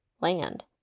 land